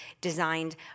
designed